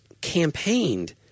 campaigned